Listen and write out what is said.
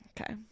Okay